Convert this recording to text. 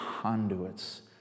conduits